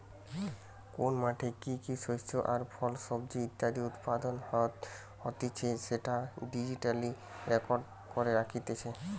কোন মাঠে কি কি শস্য আর ফল, সবজি ইত্যাদি উৎপাদন হতিছে সেটা ডিজিটালি রেকর্ড করে রাখতিছে